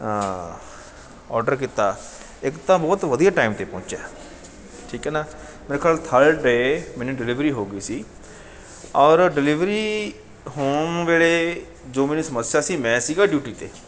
order ਕੀਤਾ ਇੱਕ ਤਾਂ ਬਹੁਤ ਵਧੀਆ ਟਾਈਮ 'ਤੇ ਪਹੁੰਚਿਆ ਠੀਕ ਹੈ ਨਾ ਮੇਰੇ ਕੋਲ ਥਰਡ ਡੇ ਮੈਨੂੰ ਡਿਲੀਵਰੀ ਹੋ ਗਈ ਸੀ ਔਰ ਡਿਲੀਵਰੀ ਹੋਣ ਵੇਲੇ ਜੋ ਮੈਨੂੰ ਸਮੱਸਿਆ ਸੀ ਮੈਂ ਸੀਗਾ ਡਿਊਟੀ 'ਤੇ